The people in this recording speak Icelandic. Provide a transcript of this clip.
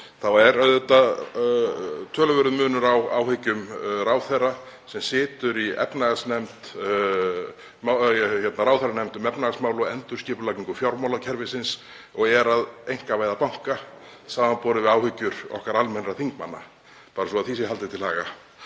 er auðvitað töluverður munur á áhyggjum ráðherra sem situr í ráðherranefnd um efnahagsmál og endurskipulagningu fjármálakerfisins og er að einkavæða banka samanborið við áhyggjur okkar almennra þingmanna, bara svo því sé haldið til haga.